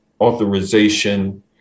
authorization